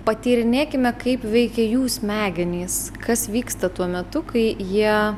patyrinėkime kaip veikia jų smegenys kas vyksta tuo metu kai jie